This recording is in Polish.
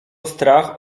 strach